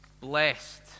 blessed